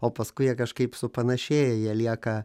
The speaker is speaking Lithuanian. o paskui jie kažkaip supanašėja jie lieka